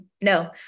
no